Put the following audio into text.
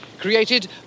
created